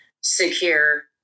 secure